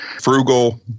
frugal